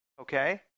okay